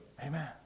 Amen